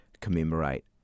commemorate